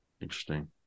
interesting